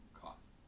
cost